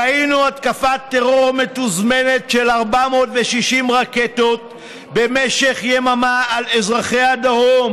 ראינו התקפת טרור מתוזמנת של 460 רקטות במשך יממה על אזרחי הדרום,